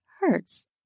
hurts